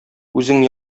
үзең